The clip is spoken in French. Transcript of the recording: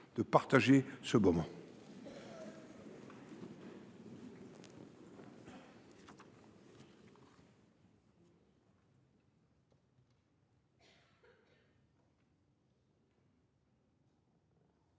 de partager ce moment.